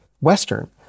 Western